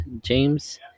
James